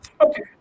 Okay